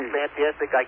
fantastic